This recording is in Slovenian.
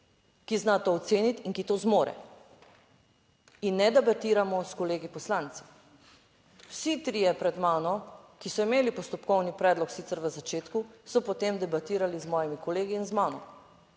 ki zna to oceniti in ki to zmore in ne debatiramo s kolegi poslanci. Vsi trije pred mano, ki so imeli postopkovni predlog sicer v začetku, so potem debatirali z mojimi kolegi in z mano